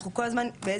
מה אנחנו האח הגדול,